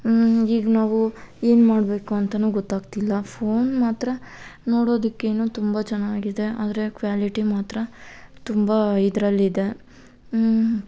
ಈಗ ನಾವು ಏನು ಮಾಡಬೇಕು ಅಂತನೂ ಗೊತ್ತಾಗ್ತಿಲ್ಲ ಫೋನ್ ಮಾತ್ರ ನೋಡೋದಕ್ಕೇನೋ ತುಂಬ ಚೆನ್ನಾಗಿದೆ ಆದರೆ ಕ್ವಾಲಿಟಿ ಮಾತ್ರ ತುಂಬ ಇದರಲ್ಲಿದೆ